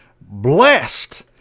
blessed